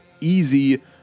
easy